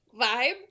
vibe